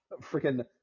freaking